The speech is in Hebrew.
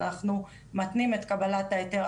אנחנו מתנים את קבלת ההיתר,